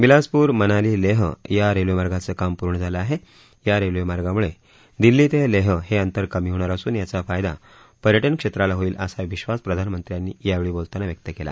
बिलासपूर मनाली लेह या रेल्वेमार्गाचं काम पूर्ण झालं आहे या रेल्वेमार्गामुळे दिल्ली ते लेह हे अंतर कमी होणार असून याचा फायदा पर्यटन क्षेत्राला होईल असा विश्वास प्रधानमंत्र्यांनी यावेळी बोलताना व्यक्त केला